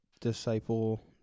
disciple